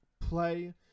play